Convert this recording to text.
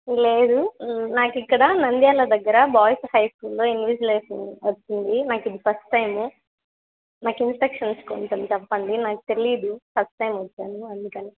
లేదు నాకు ఇక్కడ నంద్యాల దగ్గర బాయ్స్ హై స్కూల్లో ఇన్విజులేషన్ వచ్చింది నాకిది ఫస్ట్ టైము నాకు ఇన్స్ట్రక్షన్స్ కొంచెం చెప్పండి నాకు తెలీదు ఫస్ట్ టైం వచ్చాను అందుకని